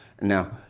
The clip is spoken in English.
Now